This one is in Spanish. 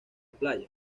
playa